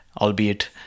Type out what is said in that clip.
albeit